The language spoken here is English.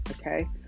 okay